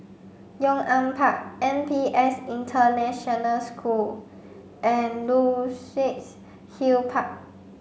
Yong An Park N P S International School and Luxus Hill Park